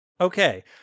Okay